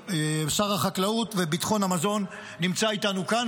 שר החקלאות וביטחון המזון נמצא איתנו כאן,